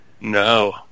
No